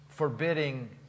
forbidding